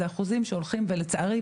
זה לצערי אחוזים שהולכים ופוחתים,